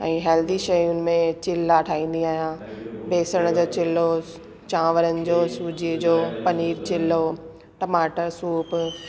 ऐं हेल्दी शयुनि में चिल्ला ठाहींदी आहियां बेसण जो चिल्लो चांवरनि जो सूजीअ जो पनीर चिल्लो टमाटर सूप